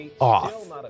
off